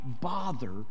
bother